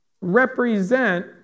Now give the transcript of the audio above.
represent